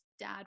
dad